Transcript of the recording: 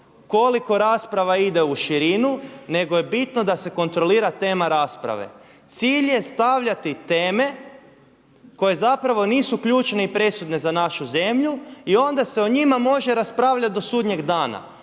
koliko rasprava ide u širinu nego je bitno da se kontrolira tema rasprave. Cilj je stavljati teme koje zapravo nisu ključne i presudne za našu zemlju i onda se o njima može raspravljati do sudnjeg dana.